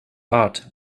art